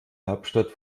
hauptstadt